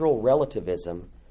relativism